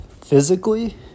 physically